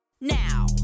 now